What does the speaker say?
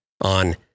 on